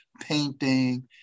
painting